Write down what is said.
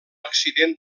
accident